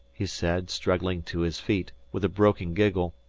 he said, struggling to his feet, with a broken giggle.